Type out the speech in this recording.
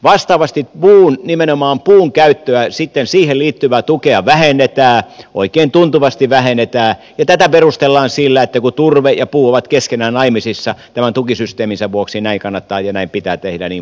vastaavasti puun nimenomaan puun käyttöä sitten siihen liittyvää tukea vähennetään oikein tuntuvasti vähennetään ja tätä perustellaan sillä että kun turve ja puu ovat keskenään naimisissa tämän tukisysteemin vuoksi näin kannattaa ja näin pitää tehdä jnp